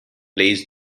plays